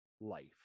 life